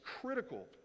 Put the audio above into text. critical